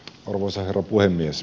arvoisa herra puhemies